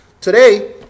Today